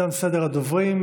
תם סדר הדוברים.